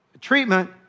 treatment